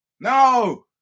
No